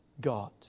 God